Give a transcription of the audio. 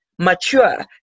Mature